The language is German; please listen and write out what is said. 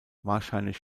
wahrscheinlich